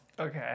Okay